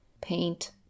paint